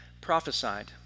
prophesied